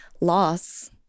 loss